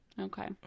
Okay